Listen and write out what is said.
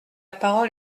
parole